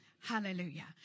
Hallelujah